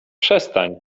przestań